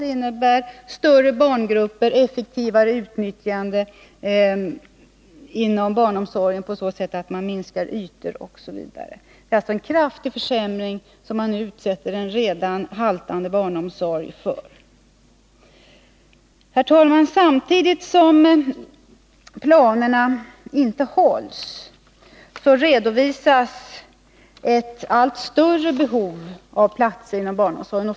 Det innebär större barngrupper och effektivare utnyttjande inom barnomsorgen på så sätt att man minskar ytor, osv. Det är alltså en kraftig försämring man utsätter en redan nu haltande barnomsorg för. Herr talman! Samtidigt som planerna inte hålls redovisas ett allt större behov av platser inom barnomsorgen.